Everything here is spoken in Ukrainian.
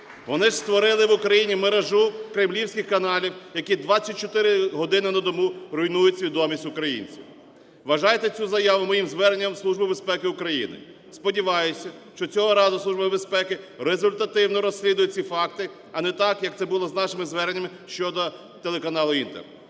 Вони створили в Україні мережу кремлівських каналів, які 24 години на добу руйнують свідомість українців. Вважайте цю заяву моїм зверненням до Служби безпеки України. Сподіваюся, що цього разу Служба безпеки результативно розслідує ці факти, а не так, як це було з нашими зверненнями щодо телеканалу "Інтер".